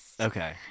Okay